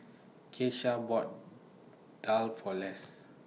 Keisha bought Daal For Les